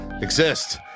exist